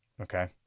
Okay